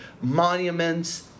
monuments